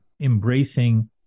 embracing